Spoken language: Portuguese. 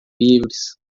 livres